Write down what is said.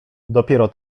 dopiero